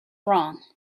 wrong